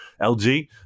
LG